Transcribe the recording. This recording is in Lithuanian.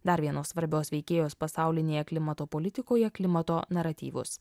dar vienos svarbios veikėjos pasaulinėje klimato politikoje klimato naratyvus